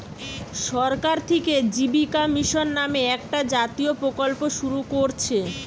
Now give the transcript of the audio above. সরকার থিকে জীবিকা মিশন নামে একটা জাতীয় প্রকল্প শুরু কোরছে